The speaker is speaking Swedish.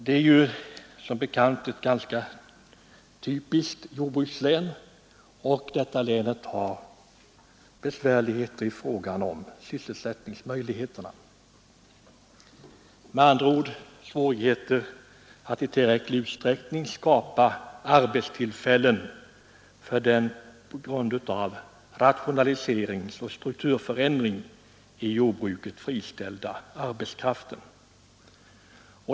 Det är som bekant ett ganska typiskt jordbrukslän, och man har där besvärligheter när det gäller sysselsättningsmöjligheterna. Man har svårigheter att i tillräcklig utsträckning skapa arbetstillfällen för den på grund av rationaliseringsoch strukturförändringen inom jordbruket friställda arbetskraften.